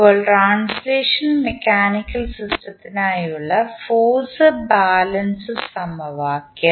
ഇപ്പോൾ translational mechanical സിസ്റ്റത്തിനായുള്ള force balance സമവാക്യം